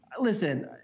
listen